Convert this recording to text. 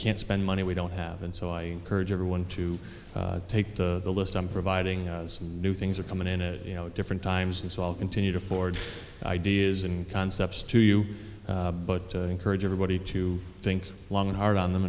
can't spend money we don't have and so i courage every one to take the list i'm providing some new things are coming in and you know different times and so i'll continue to forward ideas and concepts to you but encourage everybody to think long and hard on them